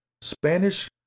Spanish